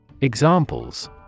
Examples